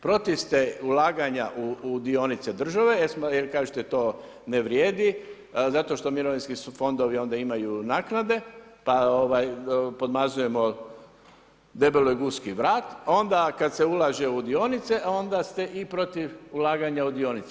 Protiv ste ulaganja u dionice države, jer kažete to ne vrijedi zato što mirovinski su fondovi imaju naknade pa podmazujemo debeloj guski vrat, onda kad se ulaže u dionice onda ste i protiv ulaganja u dionice.